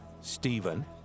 Stephen